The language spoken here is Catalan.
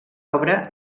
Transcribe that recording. obra